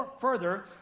further